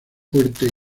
fuerte